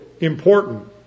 important